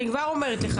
אני כבר אומרת לך,